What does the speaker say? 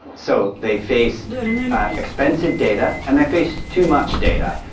so they face expensive data and they face too much data,